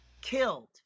killed